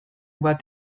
bat